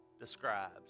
describes